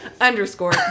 underscore